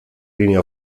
línea